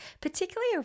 particularly